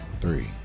three